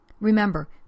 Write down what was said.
Remember